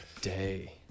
day